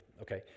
Okay